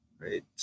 right